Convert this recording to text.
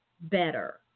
better